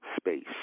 space